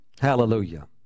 Hallelujah